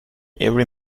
every